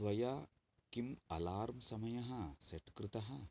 त्वया किं अलार्म् समयः सेट् कृतः